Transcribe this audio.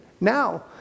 Now